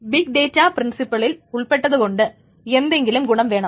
big data പ്രിൻസിപ്പിളിൽ ഉൾപ്പെട്ടത് കൊണ്ട് എന്തെങ്കിലും ഗുണം വേണം